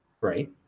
Right